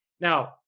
Now